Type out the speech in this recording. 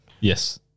Yes